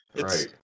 Right